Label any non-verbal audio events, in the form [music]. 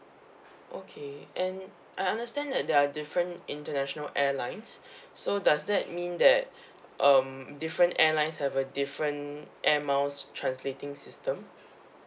okay and I understand that there are different international airlines [breath] so does that mean that um different airlines have a different Air Miles translating system